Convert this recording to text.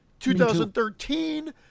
2013